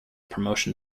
promotion